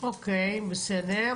בסדר.